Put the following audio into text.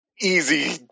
easy